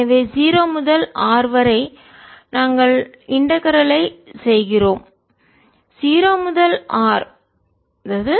எனவே 0 முதல் R வரை நாங்கள் இன்டகரல் ஐ ஒருங்கிணைப்பை செய்கிறோம் 0 முதல் R